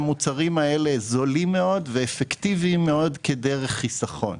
שהמוצרים האלה זולים מאוד ואפקטיביים מאוד כדרך חיסכון.